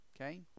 Okay